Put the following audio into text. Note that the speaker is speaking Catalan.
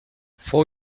fou